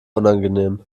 unangenehm